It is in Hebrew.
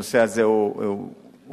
הנושא הזה הוא בטיפול,